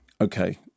Okay